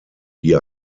die